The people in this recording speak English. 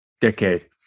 decade